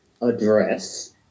address